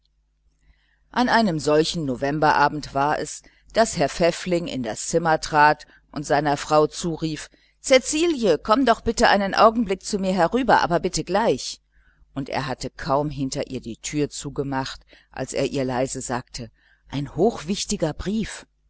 an einem solchen novemberabend war es daß herr pfäffling in das zimmer trat und seiner frau zurief cäcilie komme doch einen augenblick zu mir herüber aber bitte gleich und er hatte kaum hinter ihr die türe zugemacht als er ihr leise sagte ein hochinteressanter brief